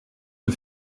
een